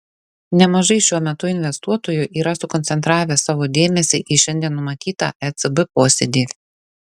nemažai šiuo metu investuotojų yra sukoncentravę savo dėmesį į šiandien numatytą ecb posėdį